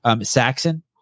Saxon